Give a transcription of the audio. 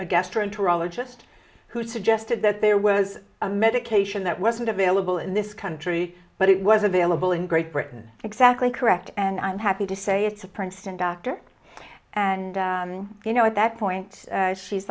gastroenterologist who suggested that there was a medication that wasn't available in this country but it was available in great britain exactly correct and i'm happy to say it's a princeton doctor and you know at that point she's